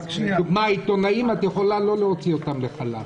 לדוגמה, עיתונאים את יכולה לא להוציא לחל"ת.